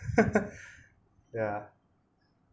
ya